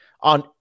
on